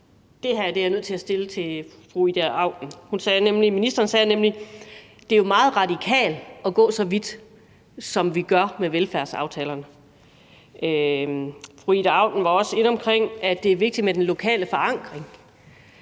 at jeg er nødt til at stille et spørgsmål til fru Ida Auken. Ministeren sagde nemlig: Det er jo meget radikalt at gå så vidt, som vi gør, med velfærdsaftalerne. Fru Ida Auken var også inde omkring, at det er vigtigt med den lokale forankring,